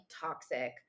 toxic